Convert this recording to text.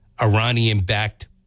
Iranian-backed